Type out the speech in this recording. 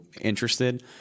interested